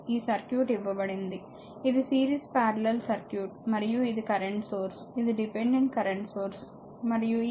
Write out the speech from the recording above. ఈ సర్క్యూట్ ఇవ్వబడింది ఇది సిరీస్ పారలెల్ సర్క్యూట్ మరియు ఇది కరెంట్ సోర్స్ ఇది డిపెండెంట్ కరెంట్ సోర్స్ మరియు ఈ కరెంట్ 0